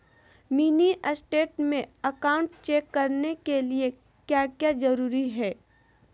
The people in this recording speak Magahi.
मिनी स्टेट में अकाउंट चेक करने के लिए क्या क्या जरूरी है?